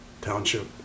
township